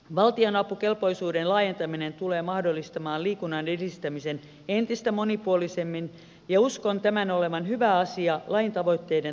valtionapukelpoisuuden laajentaminen tulee mahdollistamaan liikunnan edistämisen entistä monipuolisemmin ja uskon tämän olevan hyvä asia lain tavoitteiden toteutumisen kannalta